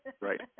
right